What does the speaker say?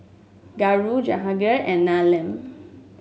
Guru Jahangir and Neelam